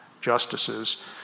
justices